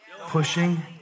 Pushing